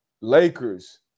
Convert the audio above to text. Lakers